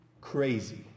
Crazy